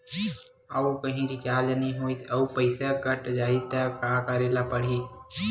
आऊ कहीं रिचार्ज नई होइस आऊ पईसा कत जहीं का करेला पढाही?